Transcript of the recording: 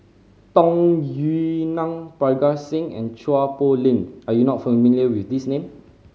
Tung Yue Nang Parga Singh and Chua Poh Leng are you not familiar with these name